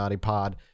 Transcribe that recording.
Pod